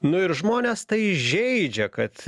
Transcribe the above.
nu ir žmones tai žeidžia kad